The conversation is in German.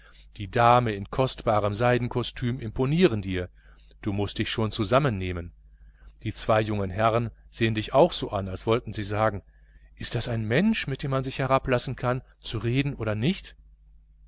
die dame in kostbarem seidenkostüm imponieren dir du mußt dich schon zusammennehmen die zwei jungen herrn sehen dich auch so an als wollten sie sagen ist das ein mensch mit dem man sich herablassen kann zu reden oder nicht